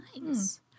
nice